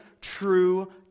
true